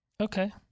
Okay